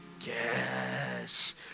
Yes